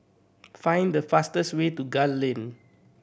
find the fastest way to Gul Lane